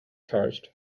charged